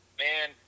man